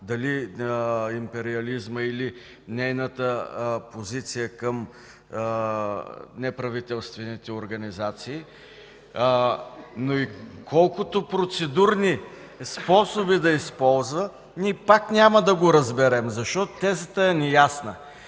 дали империализмът или нейната позиция към неправителствените организации, но и колкото процедурни способи да използва, ние пак няма да го разберем, защото тезата е неясна.